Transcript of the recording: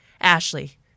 Ashley